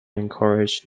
encouraged